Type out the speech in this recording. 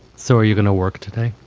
so are you going to work today?